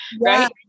Right